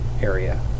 area